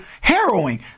harrowing